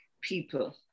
people